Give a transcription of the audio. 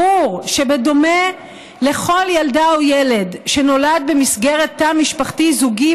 ברור שבדומה לכל ילדה או ילד שנולד במסגרת תא משפחתי זוגי,